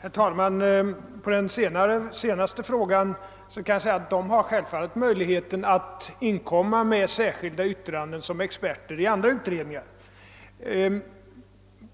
Herr talman! På herr Nordstrandhs senaste fråga kan jag svara att parlamentarikerna självfallet har möjlighet att inkomma med särskilda yttranden liksom experter i andra utredningar. I